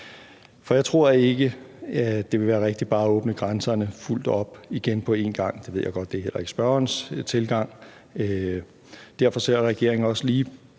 styr. Jeg tror ikke, det vil være rigtigt bare at åbne grænserne fuldt op igen på én gang. Det ved jeg godt heller ikke er spørgerens tilgang. Derfor ser regeringen også lige